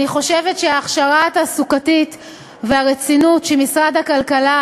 אני חושבת שההכשרה התעסוקתית והרצינות שמשרד הכלכלה